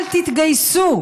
אל תתגייסו.